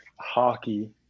hockey